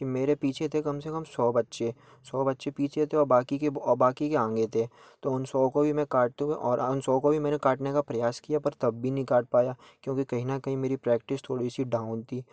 की मेरे पीछे थे कम से कम सौ बच्चे सौ बच्चे पीछे थे और बाकी के बाकी के आगे थे तो उन सौ को भी मैं काटते हुए और आं सौ को भी मैंने काटने का प्रयास किया पर तब भी नहीं कट पाया क्योंकि कहीं ना कहीं मेरी प्रेक्टिस थोड़ी सी डाउन थी